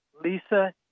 Lisa